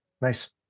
Nice